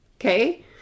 Okay